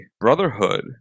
Brotherhood